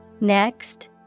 Next